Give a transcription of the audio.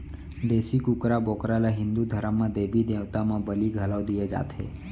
देसी कुकरा, बोकरा ल हिंदू धरम म देबी देवता म बली घलौ दिये जाथे